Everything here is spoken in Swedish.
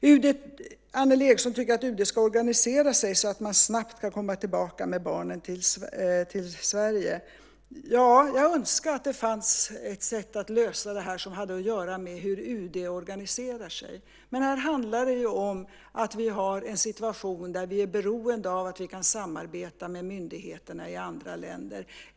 Annelie Enochson tycker att UD ska organisera sig så att man snabbt kan komma tillbaka med barnen till Sverige. Ja, jag önskar att det fanns ett sätt att lösa det här som hade att göra med hur UD organiserar sig. Men här handlar det om att vi har en situation där vi är beroende av att vi kan samarbeta med myndigheterna i andra länder.